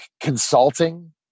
consulting